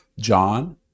John